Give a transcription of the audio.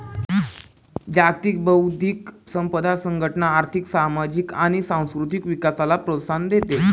जागतिक बौद्धिक संपदा संघटना आर्थिक, सामाजिक आणि सांस्कृतिक विकासाला प्रोत्साहन देते